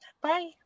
bye